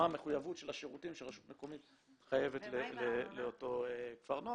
המחויבות של השירותים שהרשות המקומית מחויבת לאותו כפר נוער.